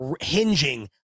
hinging